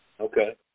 Okay